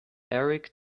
eric